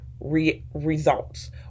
Results